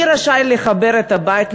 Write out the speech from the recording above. מי רשאי לחבר את הבית?